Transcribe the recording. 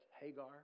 hagar